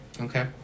Okay